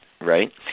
right